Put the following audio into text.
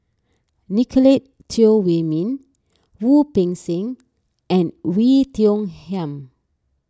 Nicolette Teo Wei Min Wu Peng Seng and Oei Tiong Ham